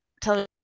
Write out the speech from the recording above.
tell